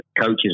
coaches